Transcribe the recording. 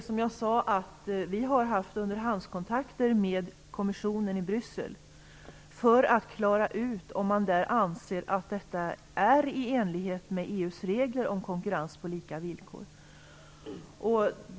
Fru talman! Som jag sagt har vi haft underhandskontakter med kommissionen i Bryssel för att klara ut om man där anser att det som sker är i enlighet med EU:s regler om konkurrens på lika villkor.